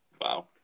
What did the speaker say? Wow